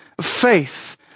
Faith